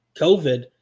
COVID